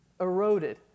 eroded